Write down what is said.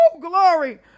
Glory